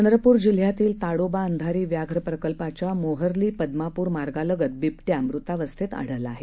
चंद्रपूर जिल्ह्यातील ताडोबा अंधारी व्याघ्र प्रकल्पाच्या मोहर्ली पद्मापूर मार्गालगत बिबट्या मृतावस्थेत आढळला आहे